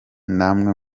namwe